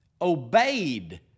obeyed